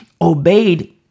obeyed